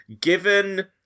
Given